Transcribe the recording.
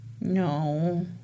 No